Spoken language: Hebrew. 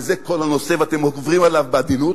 וזה כל הנושא, ואתם עוברים עליו בעדינות,